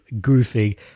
goofy